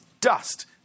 dust